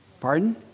Pardon